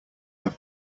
have